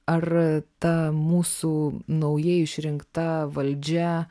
ar ta mūsų naujai išrinkta valdžia